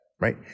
right